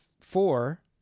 four